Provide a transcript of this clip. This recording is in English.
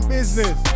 Business